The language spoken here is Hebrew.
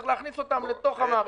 צריך להכניסם לתוך המערכת.